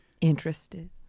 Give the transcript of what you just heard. Interested